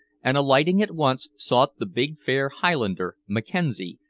and alighting at once sought the big fair highlander, mackenzie,